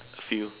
a few